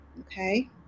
okay